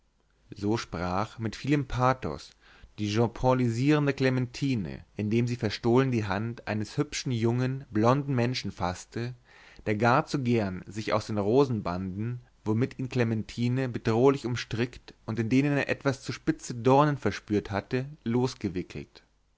so sprach mit vielem pathos die jeanpaulisierende clementine indem sie verstohlen die hand eines hübschen jungen blonden menschen faßte der gar zu gern sich aus den rosenbanden womit ihn clementine bedrohlich umstrickt und in denen er etwas zu spitze dornen verspürt hatte losgewickelt